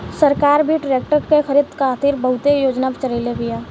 सरकार भी ट्रेक्टर के खरीद खातिर बहुते योजना चलईले बिया